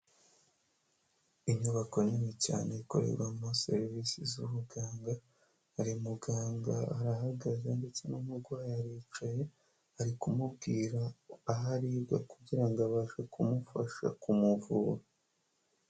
Inyubako nini cyane ikorerwamo serivisi z'ubuganga, hari muganga arahagaze ndetse n'umurwayi aricaye ari kumubwira aho aribwa kugira ngo abashe kumufasha kumuvura.